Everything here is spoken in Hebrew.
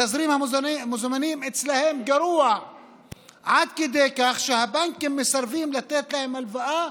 תזרים המזומנים אצלם גרוע עד כדי כך שהבנקים מסרבים לתת להם הלוואה,